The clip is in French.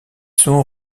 sont